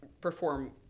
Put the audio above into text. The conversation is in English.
perform